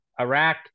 Iraq